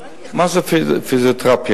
מה זו פיזיותרפיה?